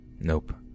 Nope